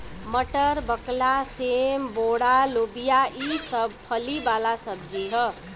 मटर, बकला, सेम, बोड़ा, लोबिया ई सब फली वाला सब्जी ह